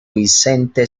vicente